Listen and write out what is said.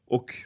Och